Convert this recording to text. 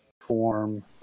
form